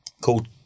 called